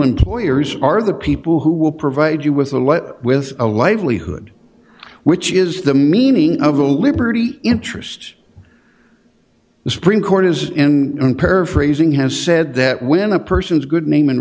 employers are the people who will provide you with a letter with a livelihood which is the meaning of the liberty interest the supreme court is in and on paraphrasing has said that when a person is good name and